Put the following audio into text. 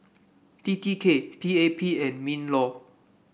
T T K P A P and Minlaw